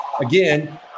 again